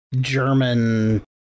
German